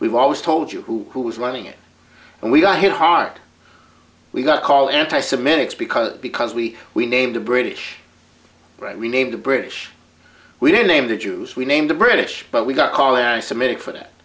we've always told you who was running it and we got hit hard we got all anti semitic because because we we named the british right we named the british we didn't name the jews we name the british but we got all the i submitted for that